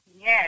Yes